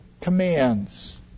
commands